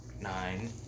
nine